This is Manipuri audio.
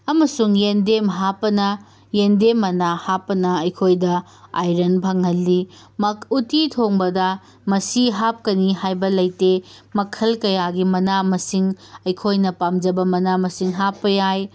ꯑꯃꯁꯨꯡ ꯌꯦꯟꯗꯦꯝ ꯍꯥꯞꯄꯅ ꯌꯦꯟꯗꯦꯝ ꯃꯅꯥ ꯍꯥꯞꯄꯅ ꯑꯩꯈꯣꯏꯗ ꯑꯥꯏꯔꯟ ꯐꯪꯍꯜꯂꯤ ꯎꯇꯤ ꯊꯣꯡꯕꯗ ꯃꯁꯤ ꯍꯥꯞꯀꯅꯤ ꯍꯥꯏꯕ ꯂꯩꯇꯦ ꯃꯈꯜ ꯀꯌꯥꯒꯤ ꯃꯅꯥ ꯃꯁꯤꯡ ꯑꯩꯈꯣꯏꯅ ꯄꯥꯝꯖꯕ ꯃꯅꯥ ꯃꯁꯤꯡ ꯍꯥꯞꯄ ꯌꯥꯏ